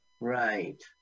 Right